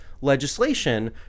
legislation